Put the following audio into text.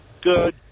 good